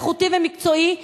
איכותי ומקצועי,